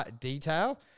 detail